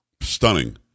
Stunning